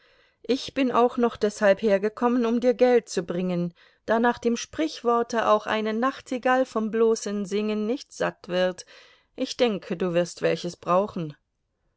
ich bin auch noch deshalb hergekommen um dir geld zu bringen da nach dem sprichworte auch eine nachtigall vom bloßen singen nicht satt wird ich denke du wirst welches brauchen